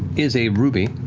is a ruby,